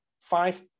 five